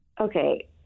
Okay